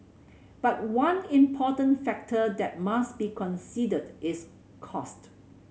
but one important factor that must be considered is cost